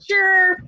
Sure